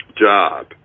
job